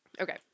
Okay